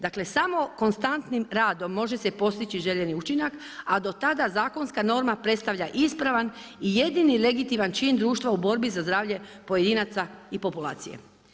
Dakle, samo konstantnim radom može se postići željeni učinak a do tada zakonska norma predstavlja ispravan i jedini legitiman čin društva u borbi za zdravlje pojedinaca i populacije.